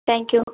thank you